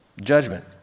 judgment